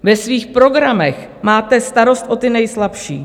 Ve svých programech máte starost o ty nejslabší.